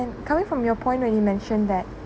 coming from your point when you mentioned that